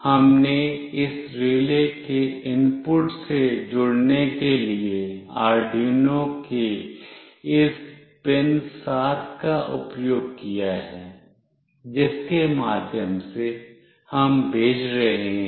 हमने इस रिले के इनपुट से जुड़ने के लिए आर्डयूनो के इस PIN7 का उपयोग किया है जिसके माध्यम से हम भेज रहे हैं